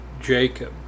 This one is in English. Jacob